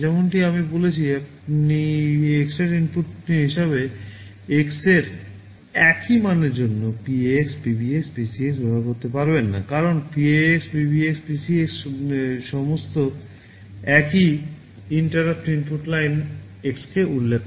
যেমনটি আমি বলেছি আপনি এক্সট্রেট ইনপুট হিসাবে x এর একই মানের জন্য PAx PBx PCx ব্যবহার করতে পারবেন না কারণ PAx PBx PCx সমস্ত একই interrupt ইনপুট লাইন এক্সকে উল্লেখ করে